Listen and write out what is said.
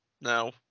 No